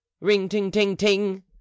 ring-ting-ting-ting